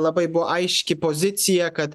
labai buvo aiški pozicija kad